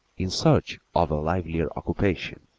in search of a livelier occupation.